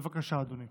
בבקשה, אדוני.